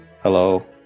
Hello